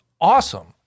awesome